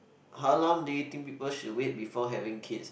how long do you think people should wait before having kids